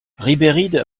ribéride